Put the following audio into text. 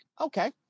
okay